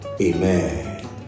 Amen